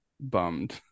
bummed